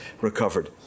recovered